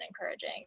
encouraging